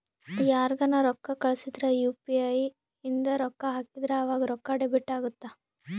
ಯಾರ್ಗನ ರೊಕ್ಕ ಕಳ್ಸಿದ್ರ ಯು.ಪಿ.ಇ ಇಂದ ರೊಕ್ಕ ಹಾಕಿದ್ರ ಆವಾಗ ರೊಕ್ಕ ಡೆಬಿಟ್ ಅಗುತ್ತ